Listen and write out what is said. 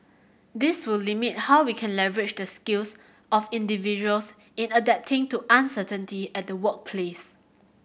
this will limit how we can leverage the skills of individuals in adapting to uncertainty at the workplace